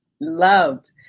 loved